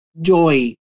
joy